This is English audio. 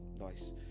nice